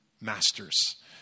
masters